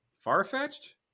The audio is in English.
far-fetched